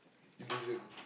illusion